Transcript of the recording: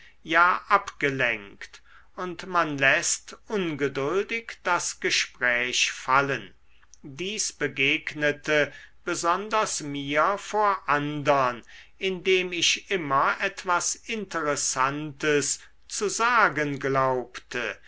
ja abgelenkt und man läßt ungeduldig das gespräch fallen dies begegnete besonders mir vor andern indem ich immer etwas interessantes zu sagen glaubte